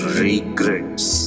regrets